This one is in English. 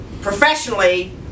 professionally